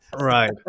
Right